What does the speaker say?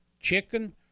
chicken